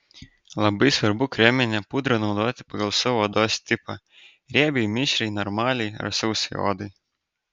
labai svarbu kreminę pudrą naudoti pagal savo odos tipą riebiai mišriai normaliai ar sausai odai